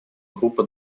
группа